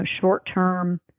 short-term